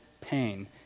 pain